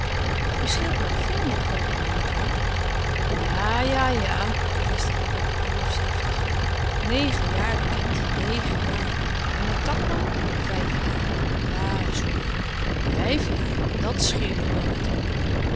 scheelt nog veel met grootmama niet waar jà jà jà bevestigde dokter roelofsz heftig negen jaren kind negen jaren en met takma vijf jaren ja zoo ja vijf jaren dàt scheel ik wel met hem